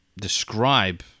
describe